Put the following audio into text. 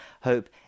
hope